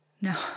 No